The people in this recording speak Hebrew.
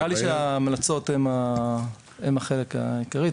אני חושב שההמלצות הן החלק העיקרי,